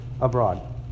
Abroad